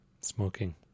Smoking